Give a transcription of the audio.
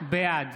בעד